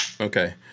Okay